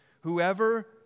whoever